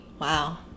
Wow